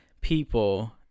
people